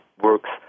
works